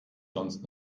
sonst